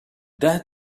that